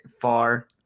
far